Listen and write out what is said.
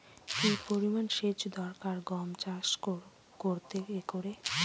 কি পরিমান সেচ দরকার গম চাষ করতে একরে?